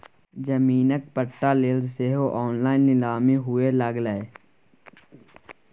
जमीनक पट्टा लेल सेहो ऑनलाइन नीलामी हुअए लागलै